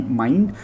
mind